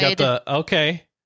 Okay